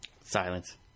Silence